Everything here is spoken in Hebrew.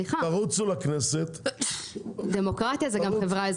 תרוצו לכנסת, אין בעיה.